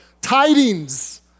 Tidings